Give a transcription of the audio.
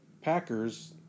Packers